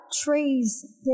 trees